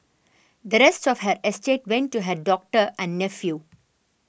the rest of her estate went to her doctor and nephew